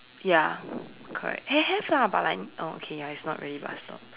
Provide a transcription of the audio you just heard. ya correct ha~ have lah but like ya okay it's not really bus stop